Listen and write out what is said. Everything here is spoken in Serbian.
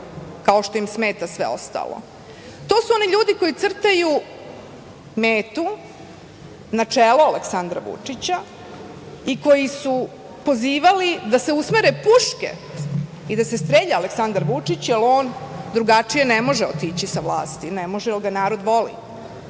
kao što im smeta sve ostalo? To su oni ljudi koji crtaju metu na čelo Aleksandra Vučića i koji su pozivali da se usmere puške i da se strelja Aleksandar Vučić, jer on drugačije ne može otići sa vlasti. Ne može, jer ga narod voli. Narod